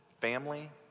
family